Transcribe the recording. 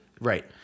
Right